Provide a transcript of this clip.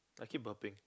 I keep burping